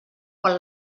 quan